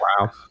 Wow